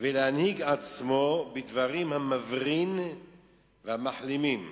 ולהנהיג עצמו בדברים המברין והמחלימים